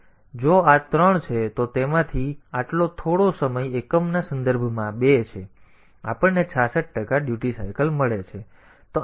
તેથી જો આ 3 છે તો તેમાંથી તેથી આટલો થોડો સમય એકમના સંદર્ભમાં 2 છે તેથી આપણને 66 ટકા ડ્યુટી સાયકલ મળે છે